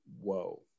whoa